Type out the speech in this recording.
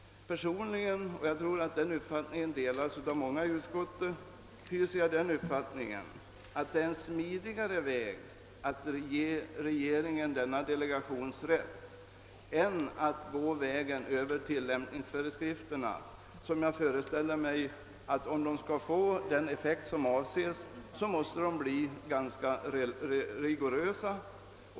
Personligen har jag den åsikten — och jag tror att den uppfattningen delas av många i utskottet — att det är smidigare att ge regeringen denna delegationsrätt än att gå vägen över tillämpningsföreskrifter; om dessa skall få avsedd effekt måste de, föreställer jag mig, bli ganska rigorösa.